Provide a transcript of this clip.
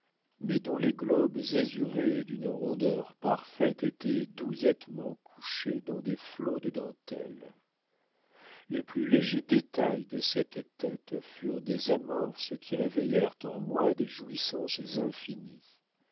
mais dont les globes azurés et d'une rondeur parfaite étaient douillettement couchés dans des flots de dentelle les plus légers détails de cette tête furent des amorces qui réveillèrent en moi des jouissances infinies